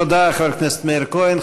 תודה, חבר הכנסת מאיר כהן.